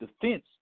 defense